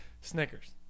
Snickers